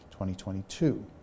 2022